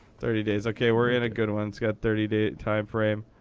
thirty days. ok, we're in a good one. it's got thirty day time frame.